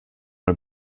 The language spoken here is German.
nur